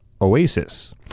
Oasis